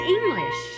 English